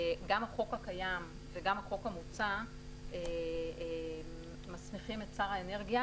גם החוק הקיים וגם החוק המוצע מסמיכים את שר האנרגיה